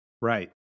Right